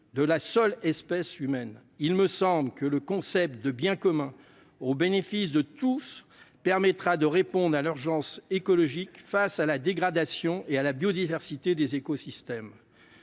sinon l'espèce humaine ? Il me semble que le concept de biens communs au bénéfice de tous permettra de répondre à l'urgence écologique face à la dégradation de la biodiversité et des écosystèmes.